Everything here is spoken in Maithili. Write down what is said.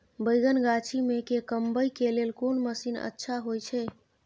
बैंगन गाछी में के कमबै के लेल कोन मसीन अच्छा होय छै?